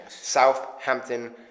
Southampton